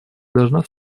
должна